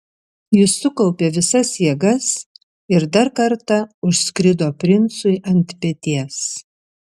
jis sukaupė visas jėgas ir dar kartą užskrido princui ant peties